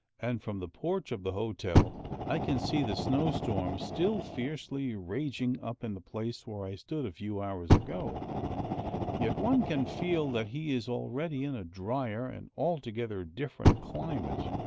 and from the porch of the hotel i can see the snow-storm still fiercely raging up in the place where i stood a few hours ago yet one can feel that he is already in a dryer and altogether different climate.